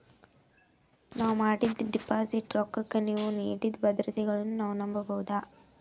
ನಾವು ಮಾಡಿದ ಡಿಪಾಜಿಟ್ ರೊಕ್ಕಕ್ಕ ನೀವು ನೀಡಿದ ಭದ್ರತೆಗಳನ್ನು ನಾವು ನಂಬಬಹುದಾ?